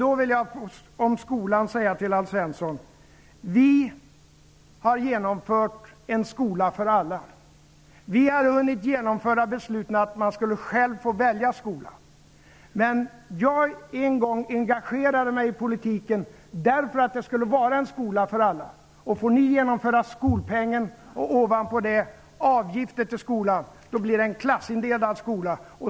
Jag vill säga följande om skolan till Alf Svensson. Vi har infört en skola för alla. Vi genomförde beslutet att man själv skall få välja skola. Men jag engagerade mig en gång i tiden i politiken för att få en skola för alla. Får ni genomföra skolpengen, och ovanpå det avgifter till skolan, blir skolan klassindelad.